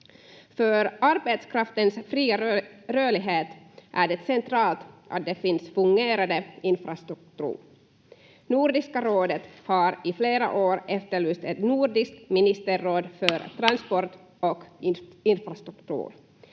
För arbetskraftens fria rörlighet är det centralt att det finns fungerande infrastruktur. Nordiska rådet har i flera år efterlyst ett nordiskt ministerråd för transport och infrastruktur